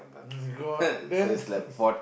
got then